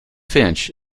finch